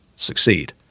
Succeed